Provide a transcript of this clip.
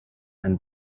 and